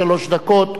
שלוש דקות,